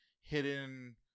hidden